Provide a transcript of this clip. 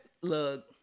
Look